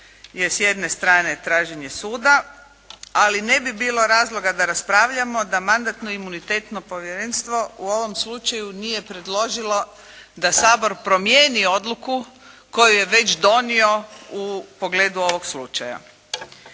s jedne strane traženje suda, ali ne bi bilo razloga da raspravljamo da Mandatno-imunitetno povjerenstvo u ovom slučaju nije predložilo da Sabor promijeni odluku koju je već donio u pogledu ovog slučaja.